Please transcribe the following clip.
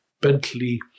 Bentley